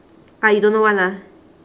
ah you don't know [one] lah